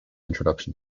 introduction